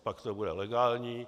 Pak to bude legální.